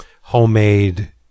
homemade